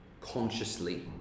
consciously